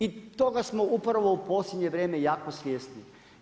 I to ga smo upravo u posljednje vrijeme jako svjesni.